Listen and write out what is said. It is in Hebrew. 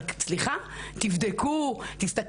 אבל סליחה - תבדקו ותסתכלו,